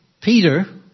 Peter